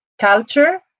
culture